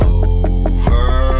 over